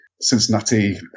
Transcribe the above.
Cincinnati